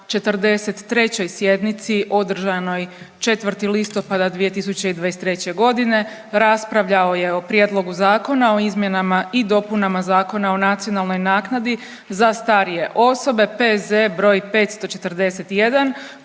43. sjednici održanoj 4. listopada 2023. raspravljao je o prijedlogu zakona o Izmjenama i dopunama Zakona o nacionalnoj naknadi za starije osobe, P.Z. broj 541.,